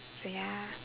so ya